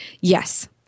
Yes